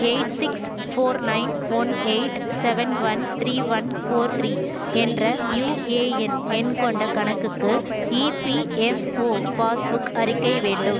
eight six four nine one eight seven one three one four three என்ற UAN எண் கொண்ட கணக்குக்கு EPFO passbook அறிக்கை வேண்டும்